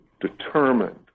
determined